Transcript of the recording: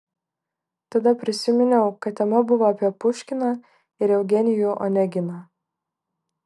tada prisiminiau kad tema buvo apie puškiną ir eugenijų oneginą